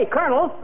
Colonel